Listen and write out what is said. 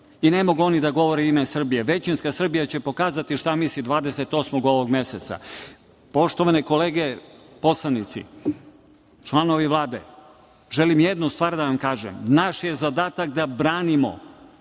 Ne, mogu oni da govore u ime Srbije. Većinska Srbija će pokazati šta misli 28. ovog meseca. Poštovane kolege poslanici, članovi Vlade, želim jednu stvar da vam kažem, naš je zadatak da branimo